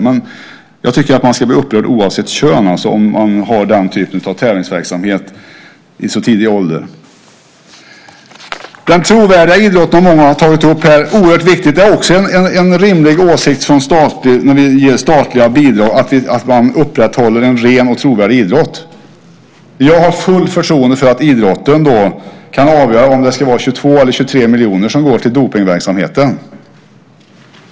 Men jag tycker att man ska bli upprörd oavsett vilket kön som det handlar om om man har denna typ av tävlingsverksamhet vid så låg ålder. Den trovärdiga idrotten har många tagit upp här. Det är också oerhört viktigt och en rimlig åsikt att när vi ger statliga bidrag ska man upprätthålla en ren och trovärdig idrott. Jag har fullt förtroende för att idrotten kan avgöra om det ska vara 22 eller 23 miljoner som går till verksamheten mot dopning.